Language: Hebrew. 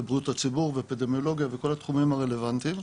ובריאות הציבור ואפידמיולוגיה וכל התחומים הרלוונטיים.